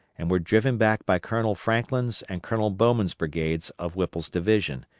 and were driven back by colonel franklin's and colonel bowman's brigades of whipple's division,